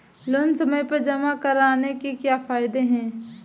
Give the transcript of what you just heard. Loan समय पर जमा कराने के क्या फायदे हैं?